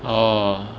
orh